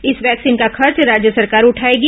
इस वैक्सीन का खर्च राज्य सरकार उठाएगी